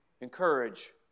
encourage